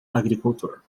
agricultor